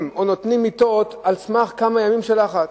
או נותנים מיטות על סמך כמה ימים של לחץ.